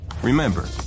Remember